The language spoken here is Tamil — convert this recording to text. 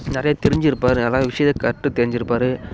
நிறையா தெரிஞ்சிருப்பார் நிறையா விஷயக் கற்று தெரிஞ்சிருப்பார்